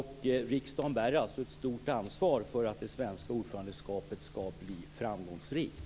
Riksdagen bär ett stort ansvar för att det svenska ordförandeskapet skall bli framgångsrikt.